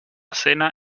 cena